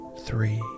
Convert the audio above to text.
three